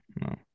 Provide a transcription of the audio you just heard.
no